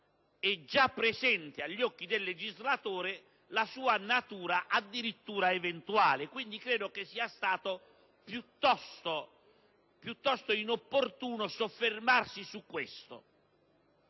è già presente agli occhi del legislatore la sua natura addirittura eventuale. Credo quindi che sia stato piuttosto inopportuno soffermarsi su questo.